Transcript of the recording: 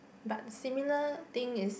but similar thing is